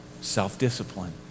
self-discipline